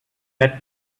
had